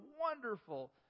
wonderful